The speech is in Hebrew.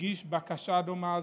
הגיש בקשה דומה,